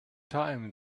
time